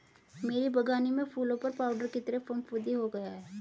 मेरे बगानी में फूलों पर पाउडर की तरह फुफुदी हो गया हैं